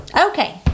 okay